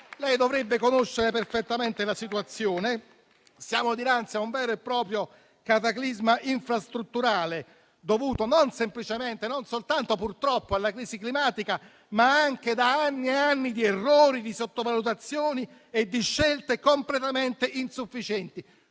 Lei dovrebbe conoscere perfettamente la situazione: siamo dinanzi a un vero e proprio cataclisma infrastrutturale, dovuto non soltanto purtroppo alla crisi climatica, ma anche ad anni e anni di errori, di sottovalutazioni e di scelte completamente insufficienti.